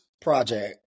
project